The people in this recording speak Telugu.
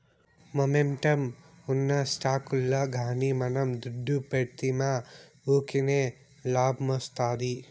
మొమెంటమ్ ఉన్న స్టాకుల్ల గానీ మనం దుడ్డు పెడ్తిమా వూకినే లాబ్మొస్తాది